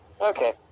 okay